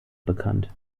bekannt